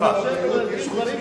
ברשותך.